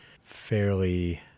fairly